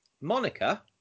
Monica